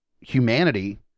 humanity